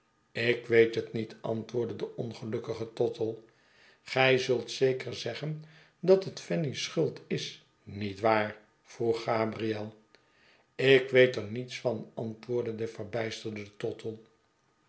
ik weet het niet antwoordde de ongelukkige tottle gij zult zeker zeggen dat het fanny's schuld is niet waar vroeg gabriel ik weet er niets van antwoordde de verbijsterde tottle